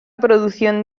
producción